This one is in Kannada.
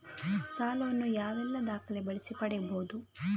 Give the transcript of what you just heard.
ಸಾಲ ವನ್ನು ಯಾವೆಲ್ಲ ದಾಖಲೆ ಬಳಸಿ ಪಡೆಯಬಹುದು?